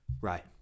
Right